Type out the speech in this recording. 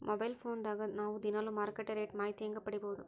Mobile phone ದಾಗ ನಾವು ದಿನಾಲು ಮಾರುಕಟ್ಟೆ ರೇಟ್ ಮಾಹಿತಿ ಹೆಂಗ ಪಡಿಬಹುದು?